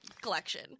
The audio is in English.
collection